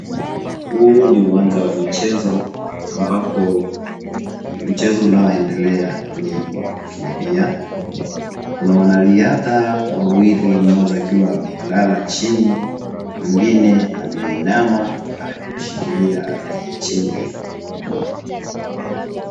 Huu ni uwanja wa michezo ambako mchezo unaoendelea ni wa kukimbia . Kuna wanariadha wawili, mmoja akiwa amelala chini mwingine ameinama amemshikilia hakinya chini.